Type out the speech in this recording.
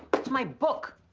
it's my book.